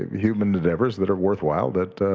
human endeavors that are worthwhile that